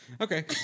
Okay